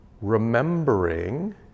remembering